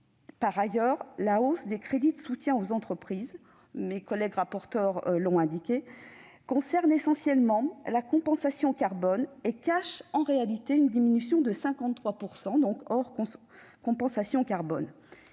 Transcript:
Par ailleurs, la hausse des crédits dédiés au soutien des entreprises- mes collègues rapporteurs l'ont indiqué -concerne essentiellement la compensation carbone ; elle cache en réalité une diminution de 53 % des crédits, hors compensation carbone.